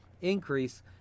increase